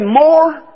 more